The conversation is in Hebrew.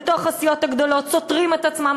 בתוך הסיעות הגדולות הם סותרים את עצמם.